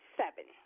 seven